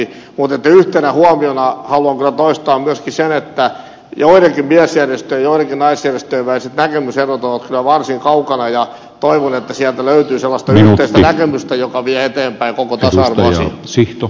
mutta yhtenä huomiona haluan kyllä toistaa myöskin sen että joidenkin miesjärjestöjen ja joidenkin naisjärjestöjen väliset näkemyserot ovat kyllä varsin kaukana toisistaan ja toivon että sieltä löytyy sellaista yhteistä näkemystä joka vie eteenpäin koko tasa arvoasiaa